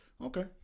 Okay